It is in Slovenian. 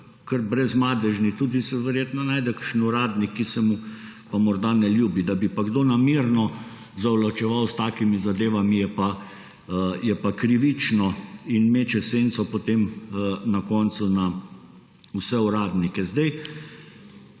kar brezmadežni. Tudi se verjetno najde kakšen uradnik, ki se mu pa morda ne ljubi. Da bi pa kdo namerno zavlačeval s takimi zadevami, je pa krivično in meče senco potem na koncu vse uradnike.